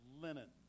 linen